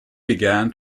began